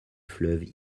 fleuve